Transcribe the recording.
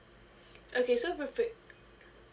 okay so with re~